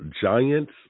giants